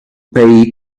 pay